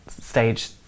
stage